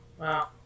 Wow